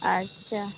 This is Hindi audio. अच्छा